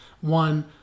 one